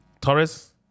Torres